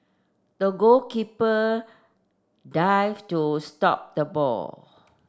the goalkeeper dived to stop the ball